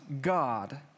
God